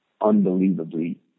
unbelievably